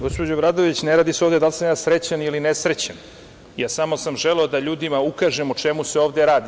Gospođo Obradović, ne radi se ovde da li sam ja srećan ili nesrećan, ja sam samo želeo da ljudima ukažemo o čemu se ovde radi.